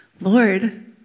Lord